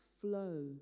flow